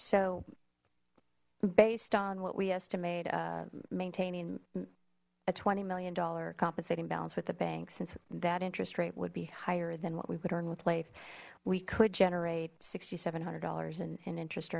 so based on what we estimated maintaining a twenty million dollar compensating balance with the banks since that interest rate would be higher than what we would earn with life we could generate sixty seven hundred dollars in interest